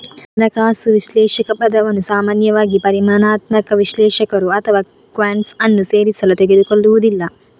ಹಣಕಾಸು ವಿಶ್ಲೇಷಕ ಪದವನ್ನು ಸಾಮಾನ್ಯವಾಗಿ ಪರಿಮಾಣಾತ್ಮಕ ವಿಶ್ಲೇಷಕರು ಅಥವಾ ಕ್ವಾಂಟ್ಸ್ ಅನ್ನು ಸೇರಿಸಲು ತೆಗೆದುಕೊಳ್ಳುವುದಿಲ್ಲ